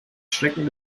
schrecken